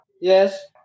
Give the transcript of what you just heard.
Yes